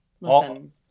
listen